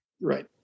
Right